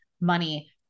money